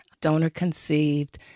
donor-conceived